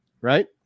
right